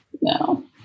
no